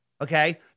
okay